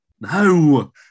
No